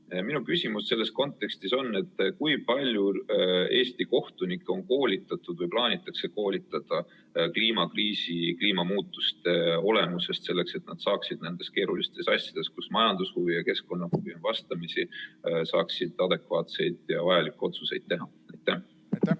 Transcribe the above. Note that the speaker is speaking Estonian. Minu küsimus selles kontekstis on: kui palju Eesti kohtunikke on koolitatud või plaanitakse koolitada kliimakriisi ja kliimamuutuste olemuse teemadel, selleks et nad saaksid nendes keerulistes asjades, kus majandushuvid ja keskkonnahuvid on vastamisi, teha adekvaatseid ja vajalikke otsuseid? Ma